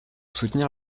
soutenir